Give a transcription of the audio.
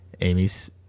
Amy's